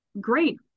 great